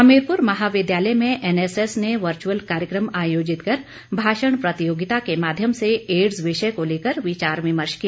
हमीरपुर महाविद्यालय में एनएसएस ने वर्चअल कार्यक्रम आयोजित कर भाषण प्रतियोगिता के माध्यम से एडस विषय को लेकर विचार विमर्श किया